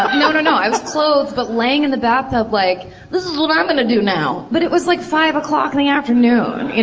um no, no, no. i was clothed, but laying in the bathtub. like, this is what i'm going to do now! but it was like five o'clock in the afternoon.